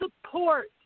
support